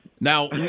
Now